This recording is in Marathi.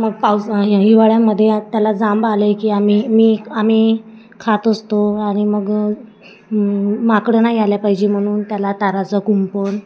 मग पाऊस हिवाळ्यामध्ये त्याला जांब आले आहे की आम्ही मी आम्ही खात असतो आणि मग माकडं नाही आले पाहिजे म्हणून त्याला ताराचं कुंपण